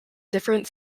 different